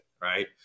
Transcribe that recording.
right